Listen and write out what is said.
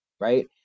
right